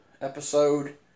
episode